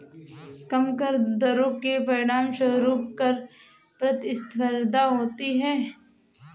कम कर दरों के परिणामस्वरूप कर प्रतिस्पर्धा होती है